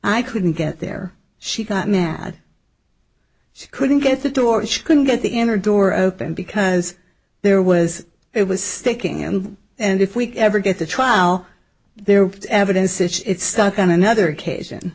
i couldn't get there she got mad she couldn't get the door she couldn't get the inner door open because there was it was sticking and and if we can ever get to trial there is evidence it's stuck on another occasion